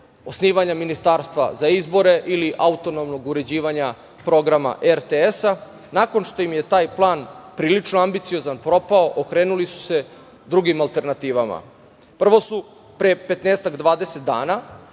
osnivanja Ministarstva za izbore, ili autonomnog uređivanja programa RTS-a. Nakon što im je taj plan prilično ambiciozan propao, okrenuli su se drugim alternativama. Prvo su pre petnaestak,